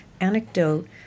anecdote